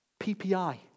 PPI